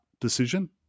decision